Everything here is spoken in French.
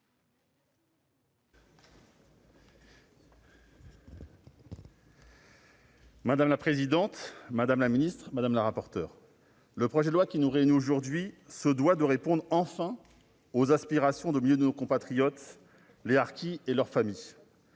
Madame la présidente, madame la ministre, mes chers collègues, le projet de loi qui nous réunit aujourd'hui se doit de répondre enfin aux aspirations de milliers de nos compatriotes : les harkis et leurs familles.